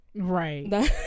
Right